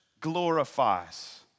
glorifies